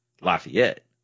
Lafayette